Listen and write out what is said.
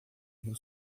rio